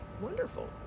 Wonderful